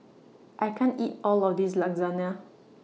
I can't eat All of This Lasagna